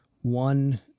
one